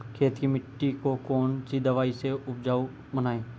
खेत की मिटी को कौन सी दवाई से उपजाऊ बनायें?